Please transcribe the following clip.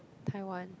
Taiwan